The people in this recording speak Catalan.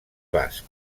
basc